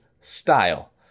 style